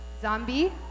Zombie